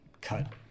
cut